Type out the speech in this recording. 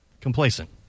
complacent